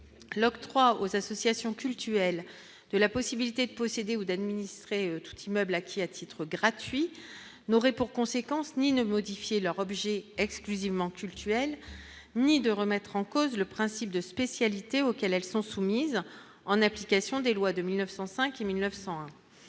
l'octroi aux associations cultuelles de la possibilité de posséder ou d'administrer tout immeuble acquis à titre gratuit n'aurait pour conséquence ni ne modifier leur objet exclusivement cultuel, ni de remettre en cause le principe de spécialité auquel elles sont soumises en application des lois de 1905 et 1901